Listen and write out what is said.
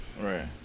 Right